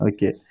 Okay